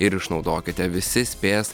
ir išnaudokite visi spės